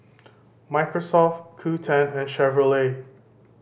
Microsoft Qoo ten and Chevrolet